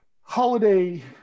holiday